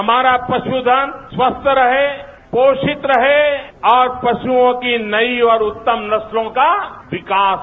हमारा पशुधन स्वस्थ रहे पोषित रहे और पशुओं की नई और उत्तम नस्लों का विकास हो